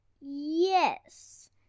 Yes